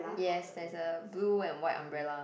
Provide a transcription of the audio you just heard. yes there's a blue and white umbrella